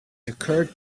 occurred